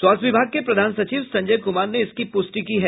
स्वास्थ्य विभाग के प्रधान सचिव संजय कुमार ने इसकी प्रष्टि की है